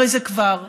הרי זה כבר קורה.